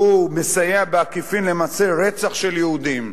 שהוא מסייע בעקיפין למעשי רצח של יהודים,